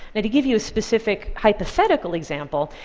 now, to give you a specific hypothetical example,